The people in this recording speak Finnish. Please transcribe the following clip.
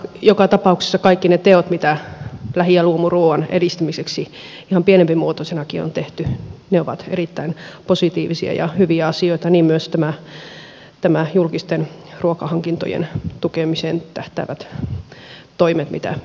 joka tapauksessa kaikki ne teot mitä lähi ja luomuruuan edistämiseksi ihan pienempimuotoisenakin on tehty ovat erittäin positiivisia ja hyviä asioita niin myös nämä julkisten ruokahankintojen tukemiseen tähtäävät toimet joista ministeri tuossa kertoi